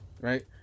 Right